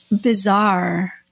bizarre